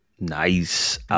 Nice